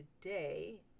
today